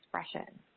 expression